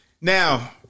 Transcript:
Now